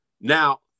Now